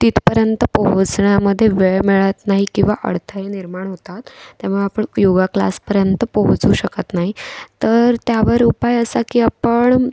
तिथपर्यंत पोहोचण्यामध्ये वेळ मिळत नाही किंवा अडथळे निर्माण होतात त्यामुळे आपण योगा क्लासपर्यंत पोहोचू शकत नाही तर त्यावर उपाय असा की आपण